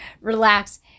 relax